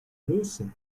lucy